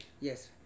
Yes